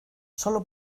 sólo